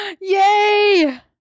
Yay